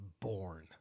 Born